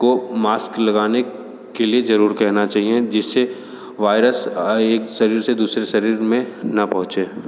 को मास्क लगाने के लिए ज़रूर कहना चाहिए जिससे वायरस एक शरीर से दूसरे शरीर में न पहुँचे